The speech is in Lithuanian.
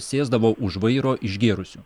sėsdavo už vairo išgėrusių